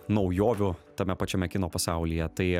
naujovių tame pačiame kino pasaulyje tai